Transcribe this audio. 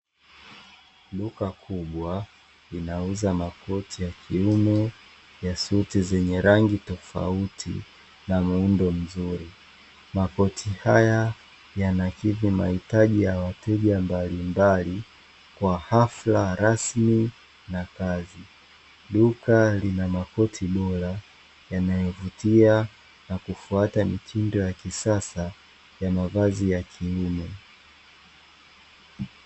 Duka kubwa linauza makoti ya kiume ya suti zenye rangi tofauti na muundo mzuri ,makoti haya yanakidhi mahitaji ya wateja mbalimbali kwa hafla rasmi na kazi. Duka lina makoti yanayovutia na kufuata mitindo ya kisasa ya mavazi ya kiume.